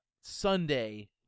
Sunday